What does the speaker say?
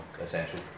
Essential